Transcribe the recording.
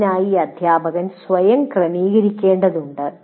അതിനായി അധ്യാപകൻ സ്വയം ക്രമീകരിക്കേണ്ടതുണ്ട്